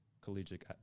collegiate